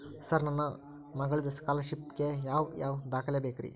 Sir ನನ್ನ ಮಗ್ಳದ scholarship ಗೇ ಯಾವ್ ಯಾವ ದಾಖಲೆ ಬೇಕ್ರಿ?